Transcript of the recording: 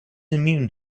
immune